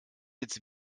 jetzt